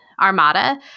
armada